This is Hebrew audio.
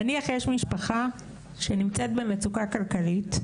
נניח אני משפחה נמצאת במצוקה כלכלית.